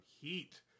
heat